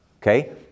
okay